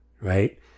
Right